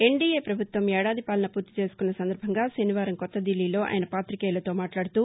NDA పభుత్వం ఏడాది పాలన పూర్తి చేసుకున్న సందర్బంగా శనివారం కొత్త దిల్లీలో ఆయన పాతికేయులతో మాట్లాడుతూ